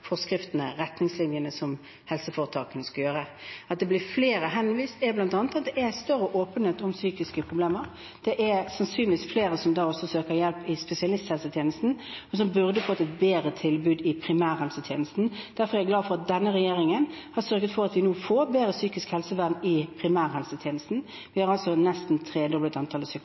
forskriftene, retningslinjene, at helseforetakene skal gjøre. At det blir henvist flere, kommer bl.a. av at det er større åpenhet om psykiske problemer. Det er sannsynligvis flere som da også søker hjelp i spesialisthelsetjenesten, og som burde fått et bedre tilbud i primærhelsetjenesten. Derfor er jeg glad for at denne regjeringen har sørget for at vi nå får bedre psykiske helsevern i primærhelsetjenesten. Vi har nesten tredoblet antallet